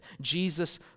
jesus